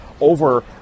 over